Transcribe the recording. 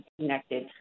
connected